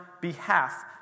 behalf